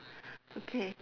okay